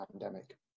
pandemic